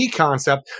Concept